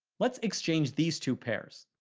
let's exchange these two pairs.